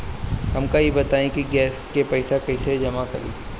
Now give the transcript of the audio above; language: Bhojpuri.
हमका ई बताई कि गैस के पइसा कईसे जमा करी?